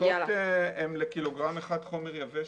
הבדיקות הן לקילוגרם אחד חומר יבש.